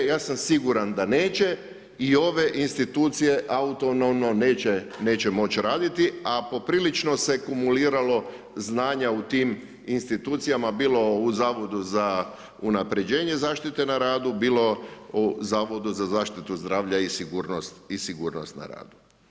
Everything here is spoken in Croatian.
Ja sam siguran da neće i ove institucije autonomno neće moći raditi, a poprilično se kumuliralo znanja u tim institucijama bilo u Zavodu za unapređenje zaštite na radu, bilo u Zavodu za zaštitu zdravlja i sigurnost na radu.